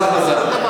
תעשה נוסח חדש.